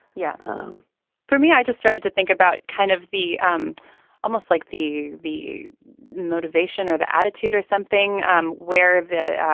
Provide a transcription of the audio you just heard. yeah for me i just started to think about kind of the um almost like the the motivation or the attitude or something um where the